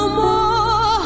more